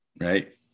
Right